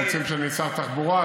רוצים שאני אהיה שר התחבורה,